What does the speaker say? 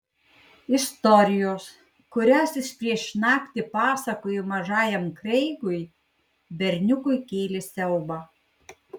istorijos kurias jis prieš naktį pasakojo mažajam kreigui berniukui kėlė siaubą